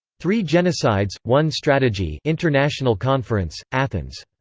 three genocides, one strategy international conference, athens.